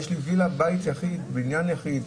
יש לי וילה בבניין יחיד,